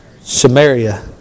Samaria